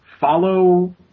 follow